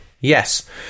yes